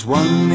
one